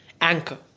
Anchor